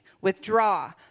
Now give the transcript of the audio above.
Withdraw